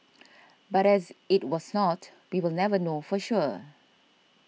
but as it was not we will never know for sure